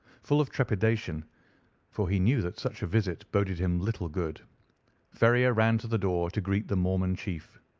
full of trepidation for he knew that such a visit boded him little good ferrier ran to the door to greet the mormon chief.